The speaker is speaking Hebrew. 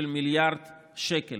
של מיליארד שקל,